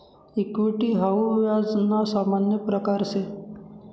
equity हाऊ व्याज ना सामान्य प्रकारसे